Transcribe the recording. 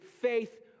faith